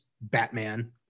Batman